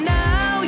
now